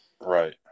Right